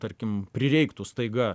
tarkim prireiktų staiga